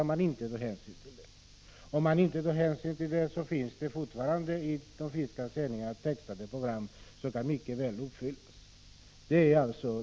Om man inte tar hänsyn till formuleringen, finns det ju ändå fortfarande finländska sändningar med textade program som mycket väl kan uppfylla kraven.